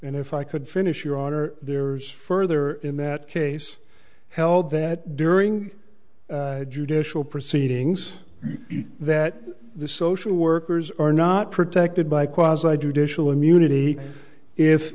and if i could finish your honor there's further in that case held that during the judicial proceedings that the social workers are not protected by caused by judicial immunity if